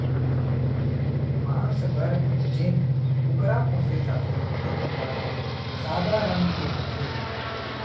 मांस बर जेन कुकरा पोसे जाथे तेन हर सादा रंग के होथे